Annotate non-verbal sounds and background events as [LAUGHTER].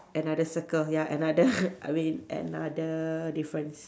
another circle ya another [LAUGHS] I mean another difference